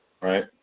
right